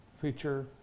feature